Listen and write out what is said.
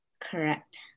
Correct